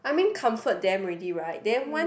I mean comfort them already right then once